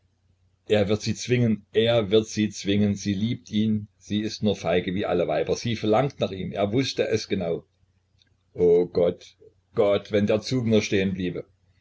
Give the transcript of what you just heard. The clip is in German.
er wird sie zwingen er wird sie zwingen sie liebt ihn sie ist nur feige wie alle weiber sie verlangt nach ihm er wußte es genau o gott gott wenn der zug nur stehen bliebe